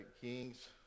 Kings